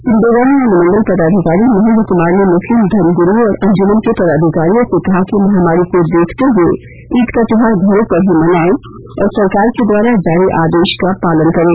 सिमडेगा में अनुमंडल पदाधिकारी महेन्द्र कुमार ने मुस्लिम धर्मगुरुओं और अंजुमन के पदाधिकारियों से कहा कि महामारी को देखते हुए ईद का त्योहार घरों पर ही मनाएं और सरकार के द्वारा जारी आदेश का पालन करें